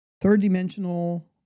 third-dimensional